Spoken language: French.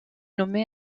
nommé